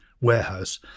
warehouse